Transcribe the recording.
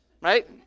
right